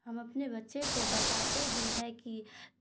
ہم اپنے بچے کو بتاتے بھی ہے کہ